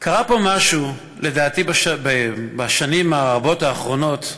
קרה פה משהו, לדעתי, בשנים הרבות האחרונות,